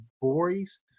boys